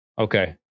Okay